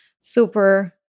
super